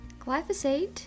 Glyphosate